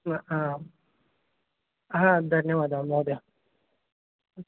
ह हा धन्यवादः महोदय